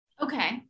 Okay